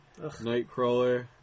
Nightcrawler